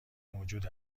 موجود